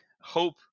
hope